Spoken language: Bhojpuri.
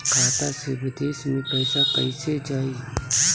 खाता से विदेश मे पैसा कईसे जाई?